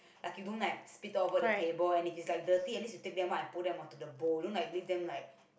like you don't like spit all over the table and if it's like dirty at least you take them out and put them onto the bowl you don't like leave them like